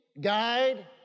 guide